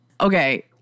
Okay